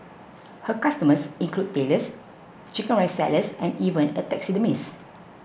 her customers include Tailors Chicken Rice sellers and even a taxidermist